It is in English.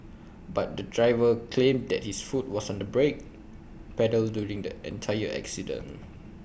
but the driver claimed that his foot was on the brake pedal during the entire accident